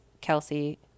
Kelsey